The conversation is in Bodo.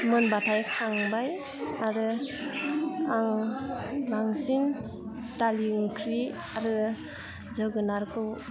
मोनबथाय खांबाय आरो आं बांसिन दालि ओंख्रि आरो जोगोनारखौ